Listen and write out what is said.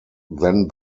then